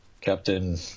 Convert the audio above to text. Captain